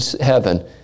heaven